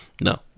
No